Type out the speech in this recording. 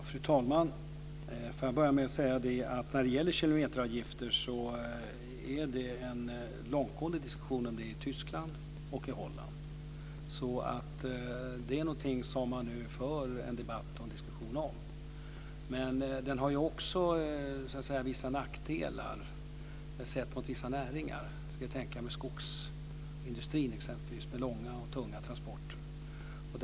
Fru talman! Får jag börja med att säga att det bedrivs en långtgående diskussion om kilometeravgifter i Tyskland och i Holland. Men den har också vissa nackdelar, speciellt när det gäller vissa näringar. Jag kan tänka mig exempelvis skogsindustrin med långa och tunga transporter.